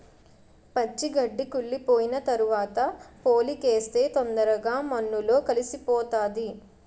పచ్చి గడ్డి కుళ్లిపోయిన తరవాత పోలికేస్తే తొందరగా మన్నులో కలిసిపోతాది